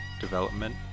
development